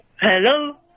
Hello